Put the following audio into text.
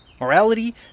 Morality